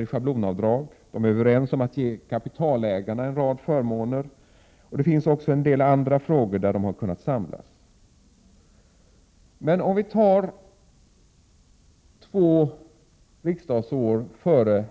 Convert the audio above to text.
i schablonavdrag och ge kapitalägarna en rad förmåner, och det finns också en del andra frågor där de har kunnat samla sig. Låt oss ta två riksmöten före